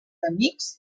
amics